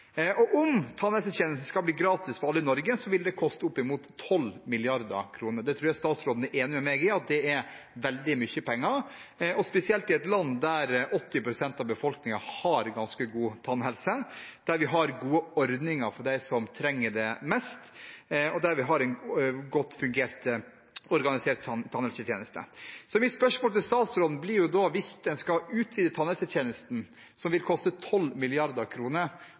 Om tannhelsetjenesten skal bli gratis for alle i Norge, vil det koste oppimot 12 mrd. kr. Det tror jeg statsråden er enig med meg i at er veldig mye penger, spesielt i et land der 80 pst. av befolkningen har ganske god tannhelse, der vi har gode ordninger for dem som trenger det mest, og der vi har en godt organisert tannhelsetjeneste. Mitt spørsmål til statsråden blir da: Hvis en skal utvide tannhelsetjenesten, som vil koste